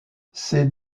ses